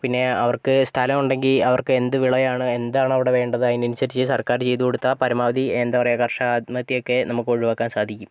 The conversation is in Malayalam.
പിന്നെ അവർക്ക് സ്ഥലം ഉണ്ടെങ്കിൽ അവർക്ക് എന്ത് വിളയാണ് എന്താണ് അവിടെ വേണ്ടത് അതിനനുസരിച്ച് സർക്കാർ ചെയ്തുകൊടുത്താൽ പരമാവധി എന്താ പറയാ കർഷക ആത്മഹത്യയൊക്കെ നമുക്ക് ഒഴിവാക്കാൻ സാധിക്കും